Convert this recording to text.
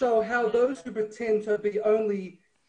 גם קצת